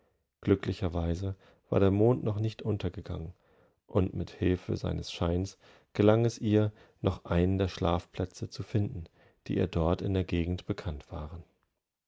glücklicherweise war der mond noch nicht untergegangen und mit hilfe seines scheines gelang es ihr noch einen der schlafplätze zu finden die ihr dortindergegendbekanntwaren siefolgteabermalsdemglitzerndenbach gensüden